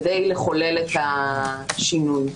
כדי לחולל את השינוי.